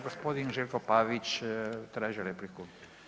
Gospodin Željko Pavić traži repliku.